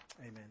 Amen